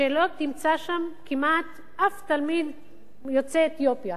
שלא תמצא שם כמעט אף תלמיד יוצא אתיופיה,